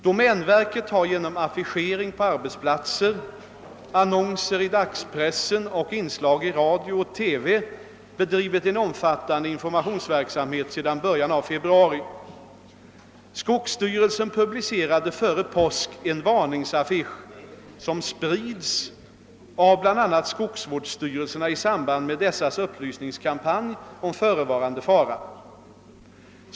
Domänverket har genom affischering på arbetsplatser, annonser i dagspressen och inslag i radio och TV bedrivit en omfattande informationsverksamhet sedan början av februari. Skogsstyrelsen publicerade före påsk en varningsaffisch som sprids av bl.a. skogsvårdsstyrelserna i samband med dessas upplysningskampanj om förevarande fara.